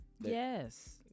Yes